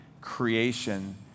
creation